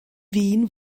wien